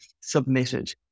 submitted